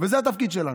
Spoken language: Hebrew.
זה התפקיד שלנו.